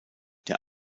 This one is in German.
der